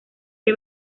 que